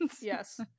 Yes